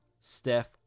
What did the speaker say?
Steph